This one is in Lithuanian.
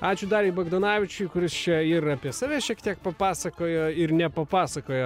ačiū dariui bagdonavičiui kuris čia ir apie save šiek tiek papasakojo ir nepapasakojo